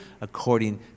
according